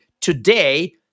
Today